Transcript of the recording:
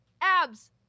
Abs